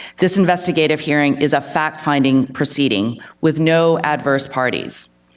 this investigative hearing is a fact finding proceeding with no adverse parties.